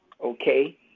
okay